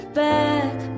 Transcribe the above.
back